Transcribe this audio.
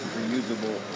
reusable